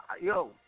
yo